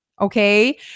Okay